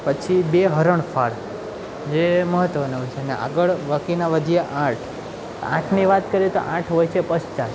પછી બે હરણફાડ જે મહત્ત્વના હોય છે અને આગળ બાકીના વધ્યા આઠ આઠની વાત કરીએ તો આઠ હોય છે પસચા